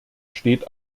steht